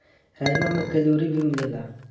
राजमा में कैलोरी भी मिलेला